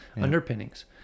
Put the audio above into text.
underpinnings